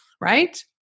right